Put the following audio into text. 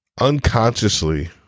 unconsciously